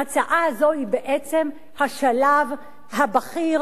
ההצעה הזאת היא בעצם השלב הבכיר,